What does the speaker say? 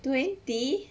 twenty